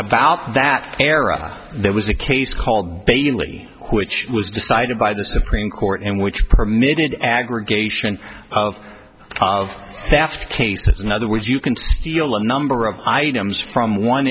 about that era there was a case called bailey which was decided by the supreme court in which permitted aggregation of of cases in other words you can steal a number of items from one